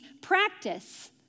practice